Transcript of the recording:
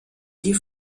die